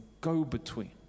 go-between